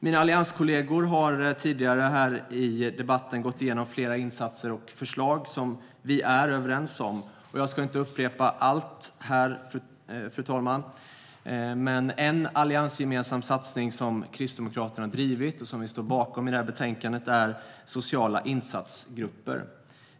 Mina allianskollegor har tidigare i debatten gått igenom flera insatser och förslag som vi är överens om. Jag ska inte upprepa allt här, fru talman, men en alliansgemensam satsning som Kristdemokraterna har drivit och som vi står bakom i betänkandet är sociala insatsgrupper.